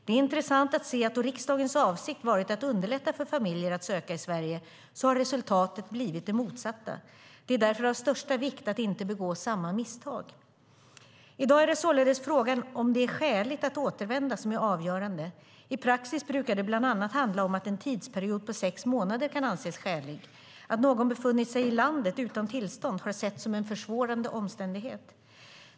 Det är intressant att se att då riksdagens avsikt varit att underlätta för familjer att söka i Sverige så har resultatet blivit det motsatta. Det är därför av största vikt att inte begå samma misstag. I dag är det således frågan om det är skäligt att återvända som är avgörande. I praxis brukar det bl.a. handla om att en tidsperiod på sex månader kan anses skälig. Att någon befunnit sig i landet utan tillstånd har setts som en försvårande omständighet.